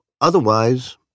otherwise